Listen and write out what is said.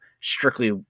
strictly